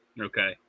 Okay